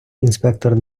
інспектор